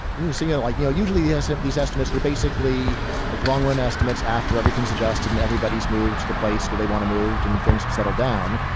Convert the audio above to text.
mean, so yeah it like, you know, usually. yes. these estimates, they're basically like long run estimates after everything's adjusted and everybody's moved the place where they want to moved and things have settled down.